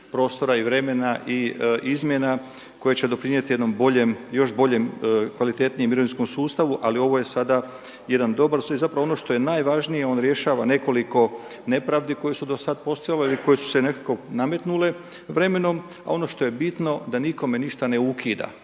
prostora i vremena i izmjena koje će doprinijeti jednom boljem, još boljem kvalitetnijem mirovinskom sustavu ali ovo je sada jedan dobar .../Govornik se ne razumije./... i zapravo ono što je najvažnije, on rješava nekoliko nepravdi koje su do sad postojale ili koje su se nekako nametnule vremenom a ono što je bitno, da nikome ništa ne ukida.